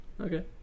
okay